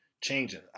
changing